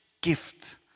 gift